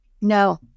No